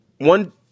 one